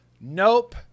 nope